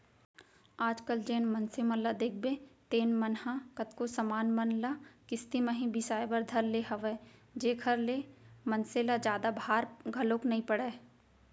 आज कल जेन मनसे मन ल देखबे तेन मन ह कतको समान मन ल किस्ती म ही बिसाय बर धर ले हवय जेखर ले मनसे ल जादा भार घलोक नइ पड़य